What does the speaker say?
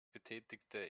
betätigte